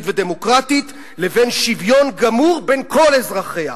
ודמוקרטית לבין שוויון גמור בין כל אזרחיה.